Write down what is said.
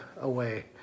away